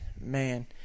man